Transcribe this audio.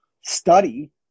study